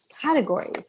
Categories